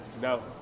No